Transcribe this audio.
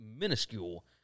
minuscule